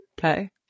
Okay